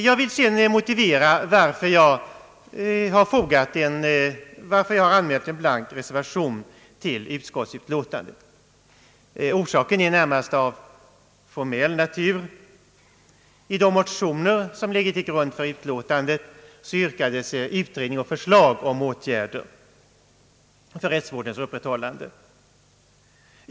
Jag vill sedan motivera varför jag har anmält en blank reservation till ut skottsutlåtandet. Orsaken är närmast av formell natur. I de motioner som ligger till grund för utlåtandet yrkades utredning och förslag om åtgärder för rättsvårdens upprätthållande.